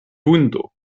vundo